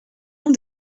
ont